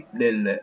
del